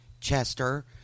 Chester